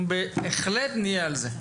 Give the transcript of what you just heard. אנחנו בהחלט נהיה על זה.